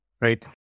Right